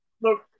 Look